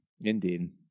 indeed